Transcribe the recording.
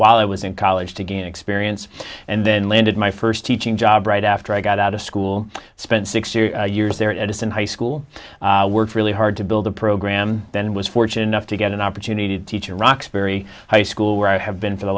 while i was in college to gain experience and then landed my first teaching job right after i got out of school spent six years there at edison high school worked really hard to build the program then was fortunate enough to get an opportunity to teach in roxbury high school where i have been for the